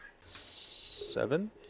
seven